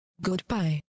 Goodbye